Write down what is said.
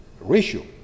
ratio